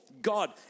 God